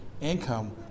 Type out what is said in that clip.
income